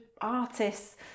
artists